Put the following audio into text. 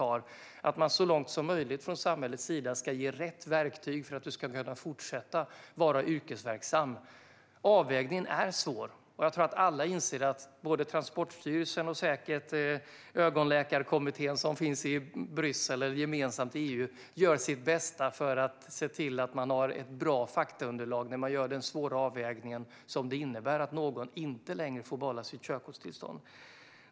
Man ska så långt som möjligt från samhällets sida ge rätt verktyg för att människor ska kunna fortsätta att vara yrkesverksamma. Avvägningen är svår. Jag tror att alla inser att Transportstyrelsen och säkert ögonläkarkommittén som finns i Bryssel eller gemensamt i EU gör sitt bästa för att se till att man har ett bra faktaunderlag när man gör den svåra avvägning som det innebär att någon inte längre får behålla sitt körkortstillstånd.